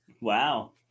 Wow